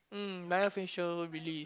um myofascial release